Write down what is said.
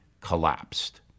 collapsed